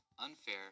unfair